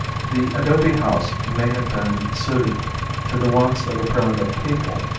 the adobe house may have been suited to the wants of a primitive people,